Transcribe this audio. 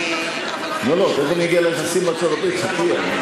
לא, תכף אני אגיע ליחסים עם ארצות-הברית, חכי.